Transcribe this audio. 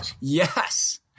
Yes